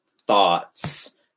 thoughts